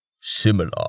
Similar